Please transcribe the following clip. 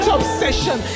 obsession